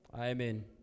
Amen